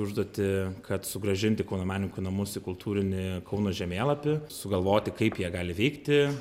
užduotį kad sugrąžinti kauno menininkų namus į kultūrinį kauno žemėlapį sugalvoti kaip jie gali veikti